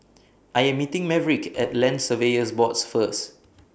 I Am meeting Maverick At Land Surveyors Boards First